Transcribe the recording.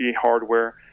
hardware